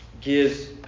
gives